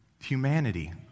humanity